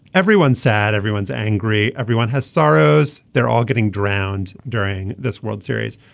everyone's sad everyone's angry everyone has sorrows. they're all getting drowned during this world series.